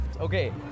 Okay